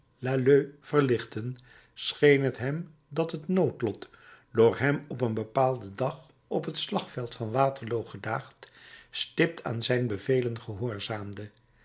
l'alleud verlichtten scheen het hem dat het noodlot door hem op een bepaalden dag op het slagveld van waterloo gedaagd stipt aan zijn bevelen gehoorzaamde